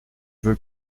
veut